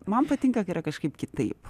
man patinka kai yra kažkaip kitaip